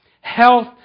health